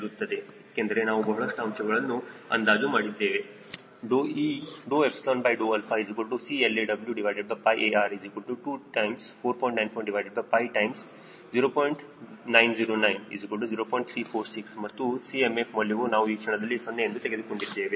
9 ಪ್ರತಿಶತ ಆಗಿರುತ್ತದೆ ಸಾಮಾನ್ಯವಾಗಿ ಅದು ಸರಿಯಾಗಿರುತ್ತದೆ ಏಕೆಂದರೆ ನಾವು ಬಹಳಷ್ಟು ಅಂಶಗಳನ್ನು ಅಂದಾಜು ಮಾಡಿದ್ದೇವೆ